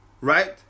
right